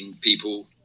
people